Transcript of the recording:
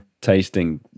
tasting